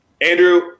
Andrew